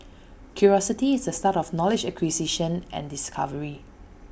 curiosity is the start of knowledge acquisition and discovery